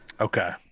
okay